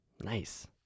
Nice